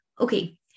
Okay